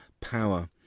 Power